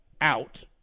out